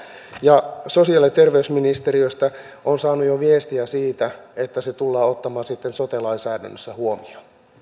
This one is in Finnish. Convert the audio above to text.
ja sosiaali ja terveysministeriöstä olen jo saanut viestiä siitä että se tullaan ottamaan sitten sote lainsäädännössä huomioon